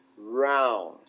round